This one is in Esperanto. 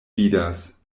vidas